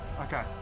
Okay